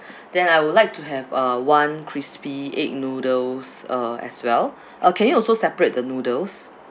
then I would like to have uh one crispy egg noodles uh as well uh can you also separate the noodles